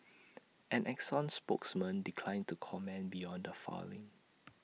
an exxon spokesman declined to comment beyond the filing